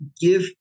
give